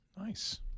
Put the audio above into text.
Nice